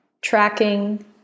tracking